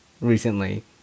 recently